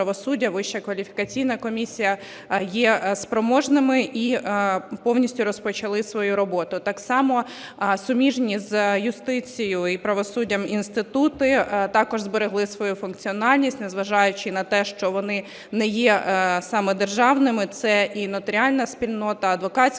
Вища кваліфікаційна комісія, є спроможними і повністю розпочали свою роботу. Так само суміжні з юстицією і правосуддям інститути також зберегли свою функціональність, незважаючи на те, що вони не є саме державними, це і нотаріальна спільнота, адвокатська